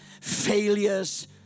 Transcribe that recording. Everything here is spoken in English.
failures